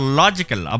logical